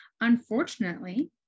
unfortunately